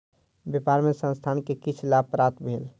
व्यापार मे संस्थान के किछ लाभ प्राप्त भेल